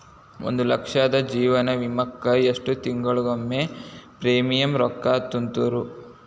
ಒಂದ್ ಲಕ್ಷದ ಜೇವನ ವಿಮಾಕ್ಕ ಎಷ್ಟ ತಿಂಗಳಿಗೊಮ್ಮೆ ಪ್ರೇಮಿಯಂ ರೊಕ್ಕಾ ತುಂತುರು?